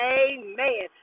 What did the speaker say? amen